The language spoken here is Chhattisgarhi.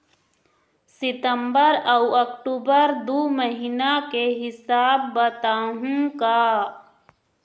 सितंबर अऊ अक्टूबर दू महीना के हिसाब बताहुं का?